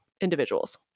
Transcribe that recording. individuals